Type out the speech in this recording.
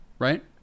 Right